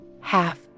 half